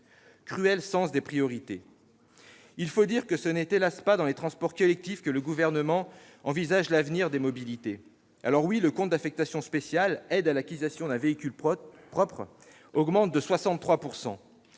Cruel sens des priorités ! Hélas, ce n'est pas dans les transports collectifs que le Gouvernement envisage l'avenir des mobilités. Certes, le compte d'affectation spéciale « Aide à l'acquisition d'un véhicule propre » augmente de 63 %.